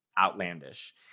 outlandish